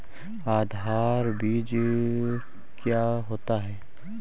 आधार बीज क्या होता है?